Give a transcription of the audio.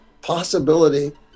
possibility